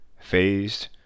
phased